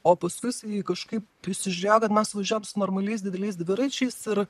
o paskui jisai kažkaip prisižiūrėjo kad mes važiuojam su normaliais dideliais dviračiais ir